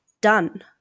done